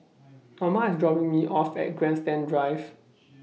Norma IS dropping Me off At Grandstand Drive